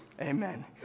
Amen